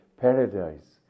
paradise